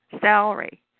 salary